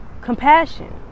compassion